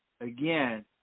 again